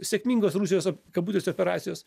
sėkmingos rusijos kabutėse operacijos